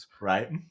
right